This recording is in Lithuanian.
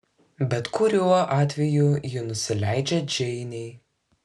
bet kuriuo atveju ji nusileidžia džeinei